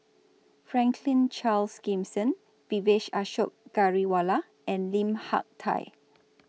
Franklin Charles Gimson Vijesh Ashok Ghariwala and Lim Hak Tai